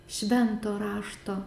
švento rašto